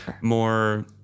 More